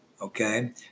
Okay